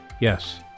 Yes